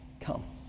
Come